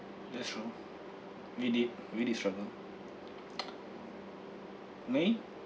that's true we did we did struggle me